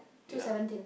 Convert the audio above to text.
ya